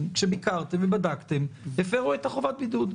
שביקרתם ובדקתם הפרו את חובת הבידוד.